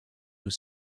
was